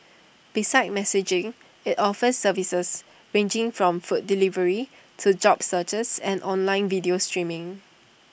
besides messaging IT offers services ranging from food delivery to job searches and online video streaming